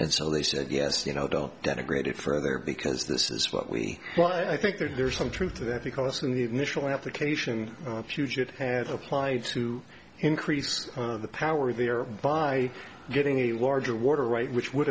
and so they said yes you know don't denigrate it further because this is what we but i think there's some truth to that because in the initial application fugit has applied to increase the power there by getting a larger water right which would